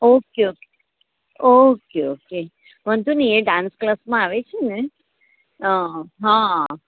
okay okay okay okay વાંધો નહીં એ ડાન્સ પ્લસમાં આવે છે ને હહહ